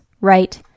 right